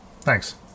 Thanks